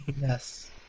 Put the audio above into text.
yes